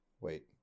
Wait